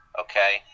Okay